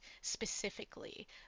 specifically